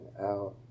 out